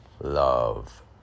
love